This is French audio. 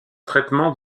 traitement